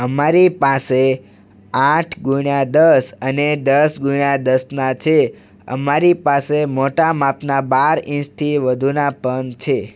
અમારી પાસે આઠ ગુણ્યા દસ અને દસ ગુણ્યા દસના છે અમારી પાસે મોટા માપના બાર ઈંચથી વધુના પણ છે